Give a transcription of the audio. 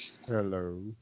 Hello